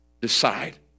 decide